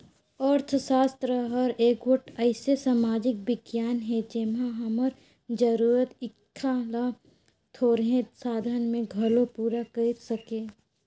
अर्थसास्त्र हर एगोट अइसे समाजिक बिग्यान हे जेम्हां हमर जरूरत, इक्छा ल थोरहें साधन में घलो पूरा कइर सके